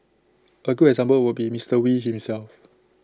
A good example would be Mister wee himself